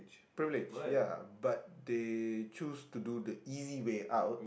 privilege ya but they choose to do the easy way out